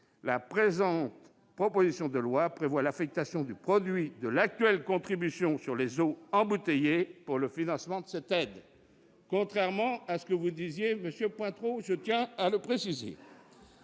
la présente proposition de loi prévoit l'affectation du produit de l'actuelle contribution sur les eaux embouteillées au financement de cette aide, contrairement à ce que vous disiez, monsieur Pointereau.